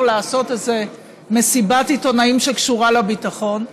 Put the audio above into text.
לעשות איזו מסיבת עיתונאים שקשורה לביטחון,